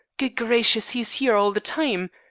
good gracious, he's here all the time.